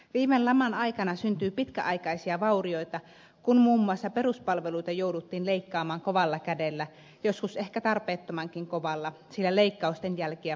viime laman aikana syntyi pitkäaikaisia vaurioita kun muun muassa peruspalveluita jouduttiin leikkaamaan kovalla kädellä joskus ehkä tarpeettomankin kovalla sillä leikkausten jälkiä paikkaillaan vieläkin